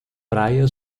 praia